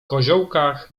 koziołkach